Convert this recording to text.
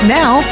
now